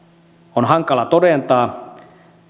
on hankala todentaa